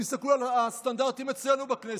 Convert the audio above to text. תסתכלו על הסטנדרטים אצלנו בכנסת.